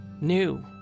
New